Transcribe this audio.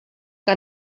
que